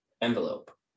envelope